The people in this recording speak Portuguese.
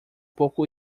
pouco